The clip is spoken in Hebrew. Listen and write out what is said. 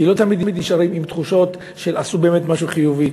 כי לא תמיד נשארים עם תחושות שעשו באמת משהו חיובי.